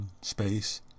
space